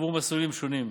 עבור מסלולים שונים,